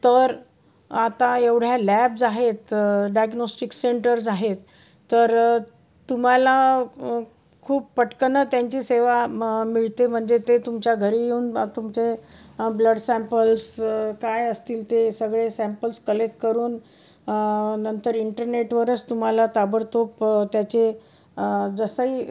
तर आता एवढ्या लॅब्स आहेत डायग्नॉस्टिक्स सेंटर्स आहेत तर तुम्हाला खूप पटकन त्यांची सेवा म मिळते म्हणजे ते तुमच्या घरी येऊन तुमचे ब्लड सॅम्पल्स काय असतील ते सगळे सॅम्पल्स कलेक्ट करून नंतर इंटरनेटवरच तुम्हाला ताबडतोब त्याचे जसंही